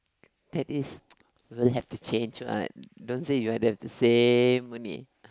that is will have to change one don't say you have the same only